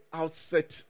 outset